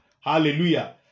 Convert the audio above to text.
Hallelujah